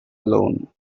alone